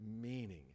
meaning